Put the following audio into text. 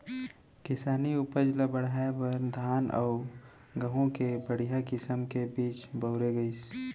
किसानी उपज ल बढ़ाए बर धान अउ गहूँ के बड़िहा किसम के बीज बउरे गइस